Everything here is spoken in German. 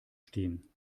stehen